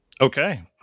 okay